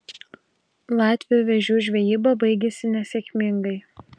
latviui vėžių žvejyba baigėsi nesėkmingai